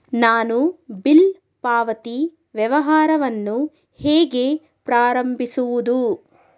ನಾನು ಬಿಲ್ ಪಾವತಿ ವ್ಯವಹಾರವನ್ನು ಹೇಗೆ ಪ್ರಾರಂಭಿಸುವುದು?